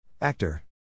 Actor